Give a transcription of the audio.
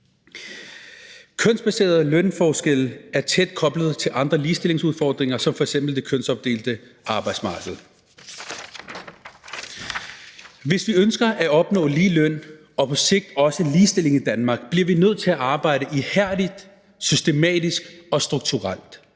Kønsbaserede lønforskelle er tæt koblet til andre ligestillingsudfordringer som f.eks. det kønsopdelte arbejdsmarked. Hvis vi ønsker at opnå ligeløn og på sigt også ligestilling i Danmark, bliver vi nødt til at arbejde ihærdigt, systematisk og strukturelt.